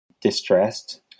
distressed